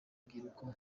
rubyiruko